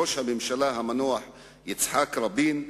ראש הממשלה המנוח יצחק רבין,